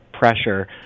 pressure